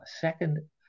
Second